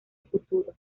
futuro